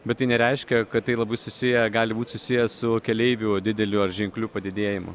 bet tai nereiškia kad tai labai susiję gali būt susiję su keleivių dideliu ar ženkliu padidėjimu